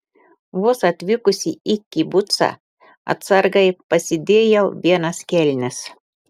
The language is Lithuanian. vos atvykusi į kibucą atsargai pasidėjau vienas kelnes